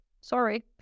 Sorry